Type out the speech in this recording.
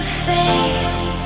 faith